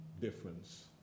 difference